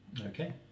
Okay